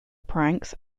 pranks